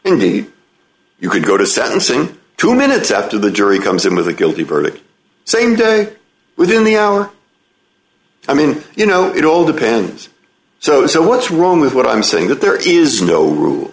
b you could go to sentencing two minutes after the jury comes in with a guilty verdict same day within the hour i mean you know it all depends so so what's wrong with what i'm saying that there is no rule